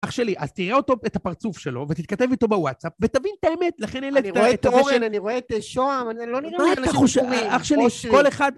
אח שלי, אז תראה אותו, את הפרצוף שלו, ותתכתב איתו בוואטסאפ, ותבין את האמת. לכן... אני רואה את אורן, אני רואה את שוהם, הם לא נראים לי אנשים סתומים. אח שלי, כל אחד...